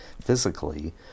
physically